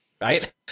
Right